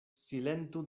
silentu